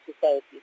society